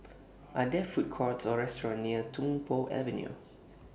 Are There Food Courts Or restaurants near Tung Po Avenue